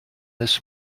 this